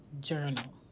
journal